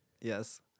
yes